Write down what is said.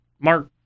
Mark